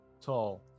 tall